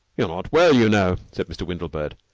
you're not well, you know, said mr. windlebird.